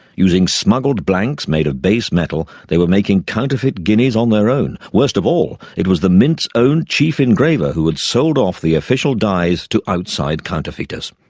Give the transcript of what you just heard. using smuggled blanks made of base metal they were making counterfeit guineas on their own. worst of all, it was the mint's own chief engraver who had sold off the official dies to outside counterfeiters.